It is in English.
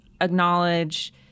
acknowledge